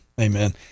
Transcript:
Amen